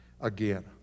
again